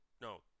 no